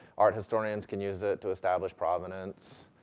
art historians can use it to establish provenance,